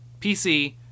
PC